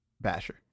Basher